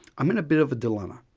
um in a bit of a dilemma.